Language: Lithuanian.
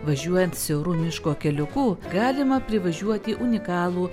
važiuojant siauru miško keliuku galima privažiuoti unikalų